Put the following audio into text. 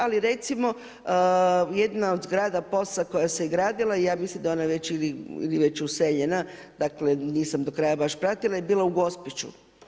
Ali recimo jedna od zgrada POS-a koja se gradila i ja mislim da je ona već ili već useljena, dakle nisam do kraja baš pratila je bila u Gospiću.